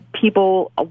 people